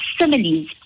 similes